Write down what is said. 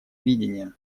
видения